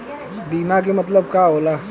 बीमा के मतलब का होला?